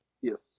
Yes